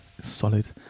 Solid